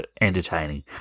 entertaining